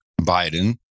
Biden